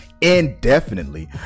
indefinitely